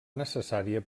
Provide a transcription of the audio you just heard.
necessària